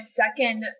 second